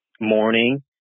morning